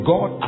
God